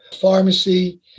pharmacy